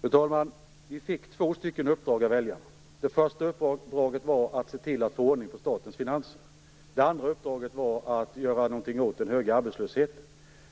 Fru talman! Vi fick två uppdrag av väljarna. Det första var att se till att få ordning på statens finanser. Det andra var att göra någonting åt den höga arbetslösheten.